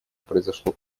произошло